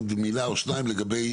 בעוד 14 ימים,